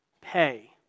pay